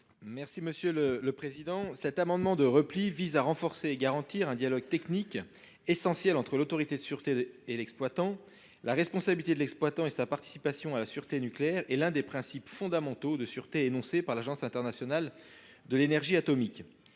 M. Guillaume Gontard. Cet amendement de repli vise à renforcer et à garantir un dialogue technique essentiel entre l’autorité de sûreté et l’exploitant. La responsabilité de l’exploitant – et sa participation à la sûreté nucléaire – est l’un des principes fondamentaux de sûreté énoncés par l’Agence internationale de l’énergie atomique